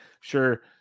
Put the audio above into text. sure